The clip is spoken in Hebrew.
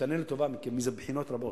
ישתנה לטובה מבחינות רבות.